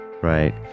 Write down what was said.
right